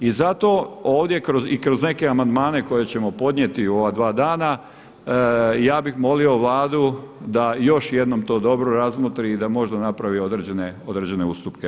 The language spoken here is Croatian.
I zato ovdje i kroz neke amandmane koje ćemo podnijeti u ova dva dana ja bih molio Vladu da još jednom to dobro razmotri i da možda napravi određene ustupke.